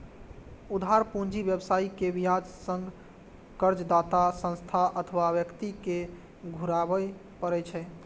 उधार पूंजी व्यवसायी कें ब्याज संग कर्जदाता संस्था अथवा व्यक्ति कें घुरबय पड़ै छै